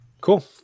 Cool